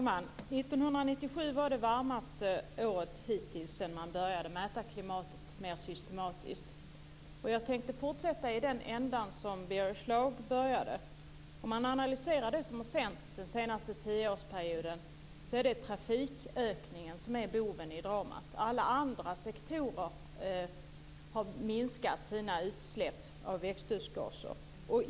Fru talman! 1997 var det varmaste året hittills sedan man började mäta klimatet mer systematiskt. Jag tänkte fortsätta i den ända som Birger Schlaug började. Om man analyserar det som har hänt under den senaste tioårsperioden, är det trafikökningen som är boven i dramat. Alla andra sektorer har minskat sina utsläpp av växthusgaser.